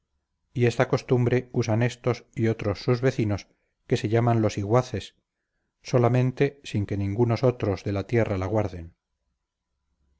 y esta costumbre usan estos y otros sus vecinos que se llaman los iguaces solamente sin que ningunos otros de la tierra la guarden